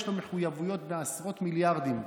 יש לו מחויבויות בעשרות מיליארדים.